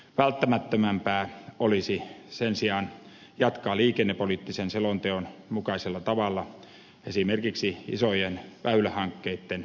välttämättömämpää olisi sen sijaan jatkaa liikennepoliittisen selonteon mukaisella tavalla esimerkiksi isojen väylähankkeitten rakentamistoimia